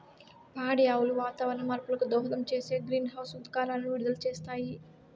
పాడి ఆవులు వాతావరణ మార్పులకు దోహదం చేసే గ్రీన్హౌస్ ఉద్గారాలను విడుదల చేస్తాయి